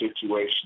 situation